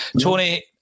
Tony